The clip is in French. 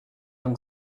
donc